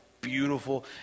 beautiful